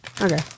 Okay